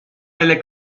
delle